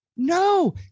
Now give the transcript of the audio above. No